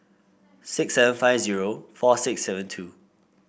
six seven five zero four six seven two